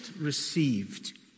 received